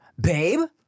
babe